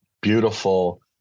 beautiful